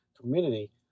community